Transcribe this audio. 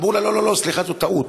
אמרו לה: לא, לא, לא, סליחה, זו טעות.